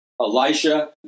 Elisha